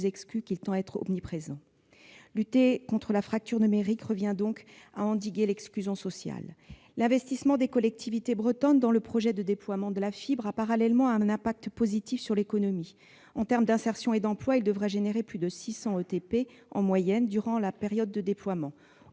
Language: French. exclus qu'il tend à être omniprésent. Lutter contre la fracture numérique revient donc à endiguer l'exclusion sociale. L'investissement des collectivités bretonnes dans le projet de déploiement de la fibre optique a parallèlement un effet positif sur l'économie. En termes d'insertion et d'emploi, il devrait entraîner la création de plus de 600 équivalents temps plein- ETP -en moyenne durant la période de déploiement.